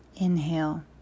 Inhale